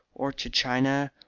or to china,